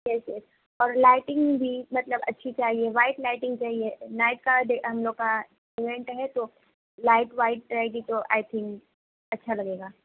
اور لائٹنگ بھی مطلب اچھی چاہئے وائٹ لائٹنگ چاہئے نائٹ کا ہم لوگوں کا ایوینٹ ہے تو لائٹ وائٹ رہے گی تو آئی تھینک اچھا لگے گا